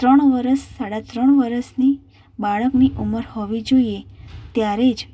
ત્રણ વર્ષ સાડા ત્રણ વર્ષની બાળકની ઉંમર હોવી જોઈએ ત્યારે જ